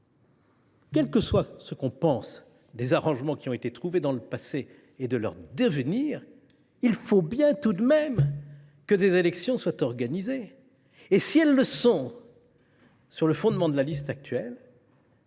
Quoi que l’on pense des arrangements qui ont été trouvés dans le passé et de leur devenir, il faut bien que des élections soient organisées. Si elles l’étaient sur le fondement de la liste actuelle,